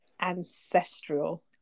ancestral